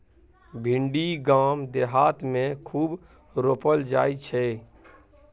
भिंडी गाम देहात मे खूब रोपल जाई छै